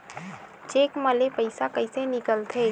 Cheque म ले पईसा कइसे निकलथे?